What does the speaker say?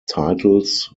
titles